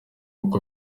uko